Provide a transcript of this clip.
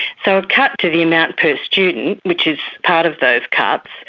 so a cut to the amount per student, which is part of those cuts,